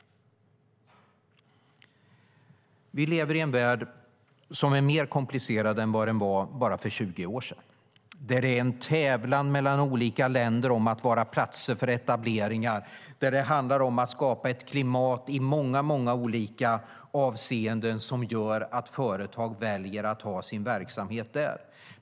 Vi lever i en värld som är mer komplicerad än vad den var för bara 20 år sedan. Det är en tävlan mellan olika länder om att vara platser för etableringar. Det handlar om att skapa ett klimat i många olika avseenden som gör att företag väljer att ha sin verksamhet där.